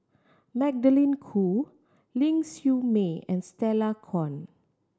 Magdalene Khoo Ling Siew May and Stella Kon